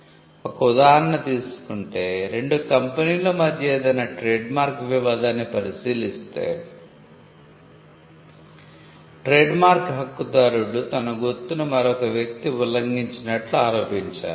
ఒక ఉదాహరణ తీసుకుంటే రెండు కంపెనీల మధ్య ఏదైనా ట్రేడ్మార్క్ వివాదాన్ని పరిశీలిస్తే ట్రేడ్మార్క్ హక్కుదారుడు తన గుర్తును మరొక వ్యక్తి ఉల్లంఘించినట్లు ఆరోపించారు